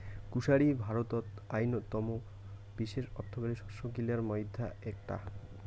কুশারি ভারতত অইন্যতম বিশেষ অর্থকরী শস্য গিলার মইধ্যে এ্যাকটা